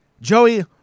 Joey